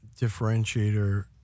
differentiator